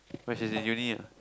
when she's in uni ah